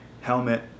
helmet